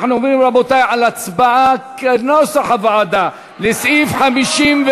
רבותי, אנחנו עוברים להצבעה על סעיף 51,